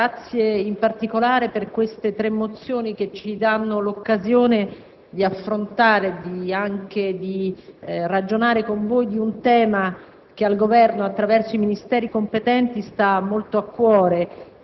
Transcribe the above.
sociale*. Signor Presidente, onorevoli senatori, ringrazio tutti, in particolare, per queste tre mozioni che ci danno l'occasione di affrontare e di ragionare con voi di un tema